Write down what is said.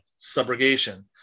Subrogation